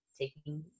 taking